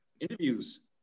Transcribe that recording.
interviews